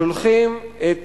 שולחים את